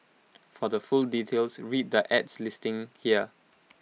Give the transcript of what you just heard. for the full details read the ad's listing here